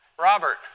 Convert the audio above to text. Robert